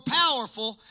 powerful